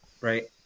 right